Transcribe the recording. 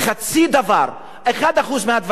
אחוז אחד מהדברים שאמר שמואל אליהו,